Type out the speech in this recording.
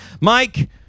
mike